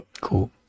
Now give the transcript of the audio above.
Cool